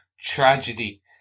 tragedy